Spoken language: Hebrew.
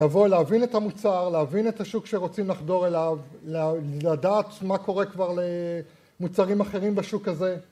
לבוא להבין את המוצר, להבין את השוק שרוצים לחדור אליו, לדעת מה קורה כבר למוצרים אחרים בשוק הזה